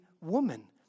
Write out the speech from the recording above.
woman